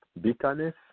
bitterness